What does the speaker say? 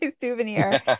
souvenir